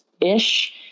ish